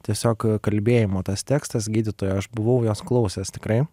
tiesiog kalbėjimo tas tekstas gydytojo aš buvau jos klausęs tikrai